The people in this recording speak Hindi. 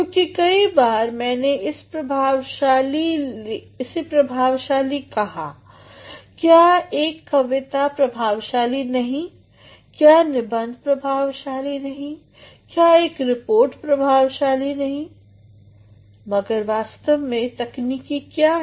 क्योंकि कई बार मैंने इसे प्रभावशाली कहा है क्या एक कविता प्रभावशाली नहीं क्या निबंध प्रभावशाली नहीं क्या एक रिपोर्ट प्रभावशाली नहीं मगर वास्तव में तकनीकी क्या है